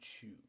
choose